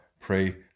pray